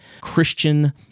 Christian